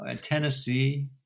Tennessee